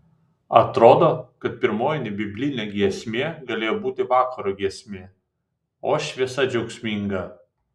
atrodo kad pirmoji nebiblinė giesmė galėjo būti vakaro giesmė o šviesa džiaugsminga